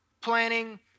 planning